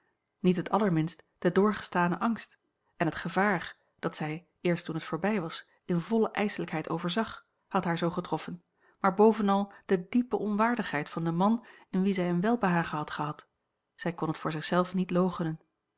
niet het allerminst de doorgestane angst en het gevaar dat zij eerst toen het voorbij was in volle ijselijkheid overzag had haar zoo getroffen maar bovenal de diepe onwaardigheid van den man in wien zij een welbehagen had gehad zij kon het voor zich zelf niet